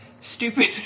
stupid